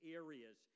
areas